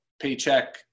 paycheck